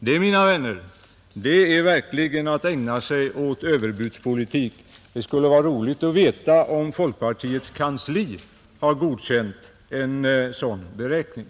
Det, mina vänner, är verkligen att ägna sig åt överbudspolitik! Det skulle vara roligt att veta om folkpartiets kansli har godkänt en sådan beräkning.